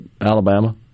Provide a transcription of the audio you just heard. Alabama